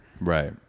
Right